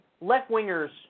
left-wingers